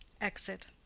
Exit